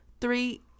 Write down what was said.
three